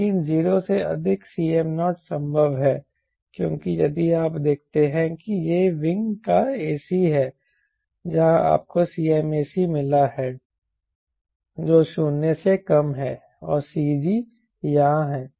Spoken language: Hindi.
लेकिन 0 से अधिक Cm0 संभव है क्योंकि यदि आप देखते हैं कि यह विंग का ac है जहां आपको Cmac मिला है जो 0 से कम है और CG यहां है